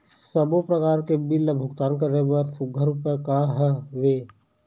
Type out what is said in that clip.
सबों प्रकार के बिल ला भुगतान करे बर सुघ्घर उपाय का हा वे?